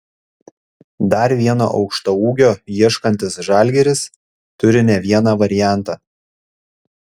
dar vieno aukštaūgio ieškantis žalgiris turi ne vieną variantą